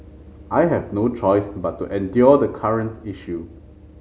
I have no choice but to endure the current issue